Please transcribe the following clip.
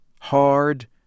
hard